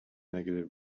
negative